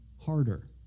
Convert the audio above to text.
harder